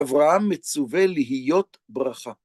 אברהם מצווה להיות ברכה.